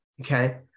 Okay